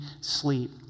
sleep